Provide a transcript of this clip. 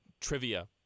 trivia